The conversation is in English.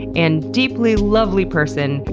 and deeply lovely person,